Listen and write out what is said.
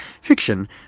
fiction